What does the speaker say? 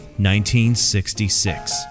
1966